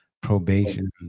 probation